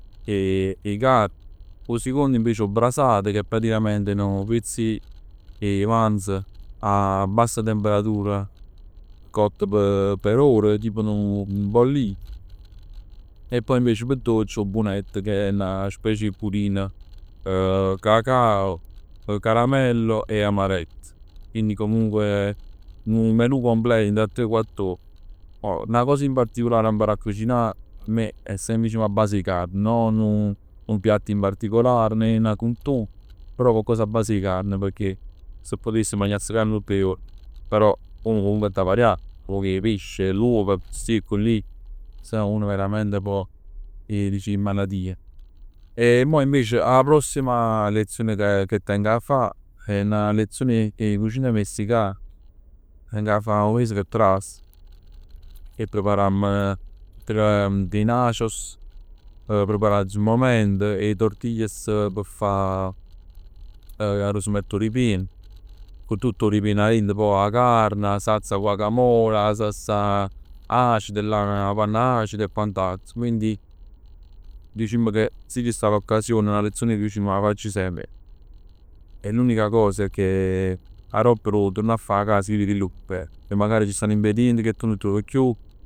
'E carne. 'O sicond invece 'o brasato che è praticamente nu piezz 'e 'e manzo a bassa temperatura, cotto p' p' ore. Tipo nu bollit. E poj invece 'o bonet che è 'na specie 'e budino, cacao, caramello e amarett. Quindi comunque nu menù completo dint 'a tre o quatt'ore. 'Na cosa in particolare d' imparà a cucinà a me è semp a base 'e carne. No nu piatt in particolar, nè 'na cultur, però coccos a base e carne pecchè si putess magnass carne tutt 'e juorn. Però uno comunque adda varià, nu poc 'e pesc, cu l'uovo, accussì, accullì. Sennò uno veramente rischia 'e malatie. E mo invece 'a prossima lezione che teng 'a fa è 'na lezione 'e cucina messicana. Teng 'a fa 'o mese che trase. Che preparmm dei nachos preparati sul momento e 'e tortillas p' fa arò arò s' mett 'o ripien. Cu tutt 'o ripieno 'a rint, poj 'a carne, 'a salsa guacamole, 'a salsa acida là, 'a panna acida e quant'altro. Quindi dicimm che si ci sta n'occasione, 'a lezione 'a facc ascì semp e l'unica cosa è che aropp addò 'o turnà a fa 'a cas ci stann ingredienti ca tu nun truov chiù.